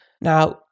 Now